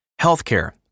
Healthcare